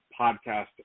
podcast